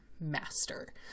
master